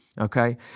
okay